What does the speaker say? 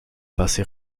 passé